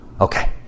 Okay